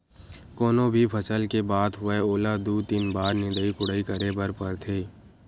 कोनो भी फसल के बात होवय ओला दू, तीन बार निंदई कोड़ई करे बर परथे